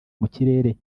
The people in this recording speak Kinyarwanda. mukirere